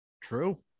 True